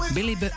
Billy